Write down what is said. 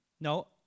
no